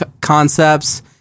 concepts